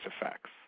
effects